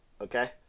Okay